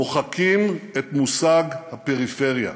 מוחקים את מושג הפריפריה,